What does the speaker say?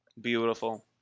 Beautiful